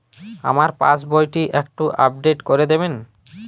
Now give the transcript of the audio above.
আমার পাসবই টি একটু আপডেট করে দেবেন?